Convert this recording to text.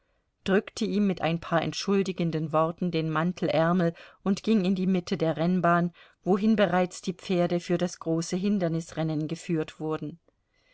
drückte ihm mit ein paar entschuldigenden worten den mantelärmel und ging in die mitte der rennbahn wohin bereits die pferde für das große hindernisrennen geführt wurden